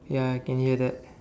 ya I can hear that